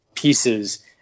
pieces